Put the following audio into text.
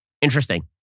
Interesting